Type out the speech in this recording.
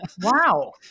Wow